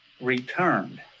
returned